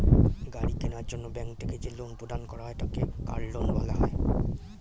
গাড়ি কেনার জন্য ব্যাঙ্ক থেকে যে লোন প্রদান করা হয় তাকে কার লোন বলা হয়